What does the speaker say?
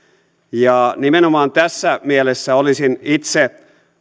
nimenomaan tässä mielessä olisin itse